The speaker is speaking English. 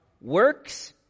works